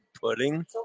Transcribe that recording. pudding